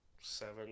seven